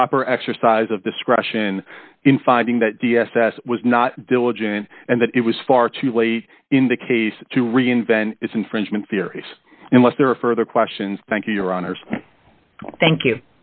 proper exercise of discretion in finding that d s s was not diligent and that it was far too late in the case to reinvent its infringement theories unless there are further questions thank you your honor thank you